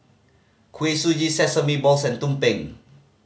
Kuih Suji sesame balls and tumpeng